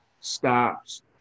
stops